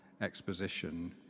exposition